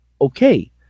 okay